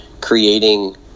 creating